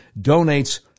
donates